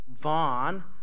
Vaughn